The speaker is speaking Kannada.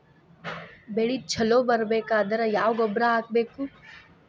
ಬೆಳಿ ಛಲೋ ಬರಬೇಕಾದರ ಯಾವ ಗೊಬ್ಬರ ಹಾಕಬೇಕು?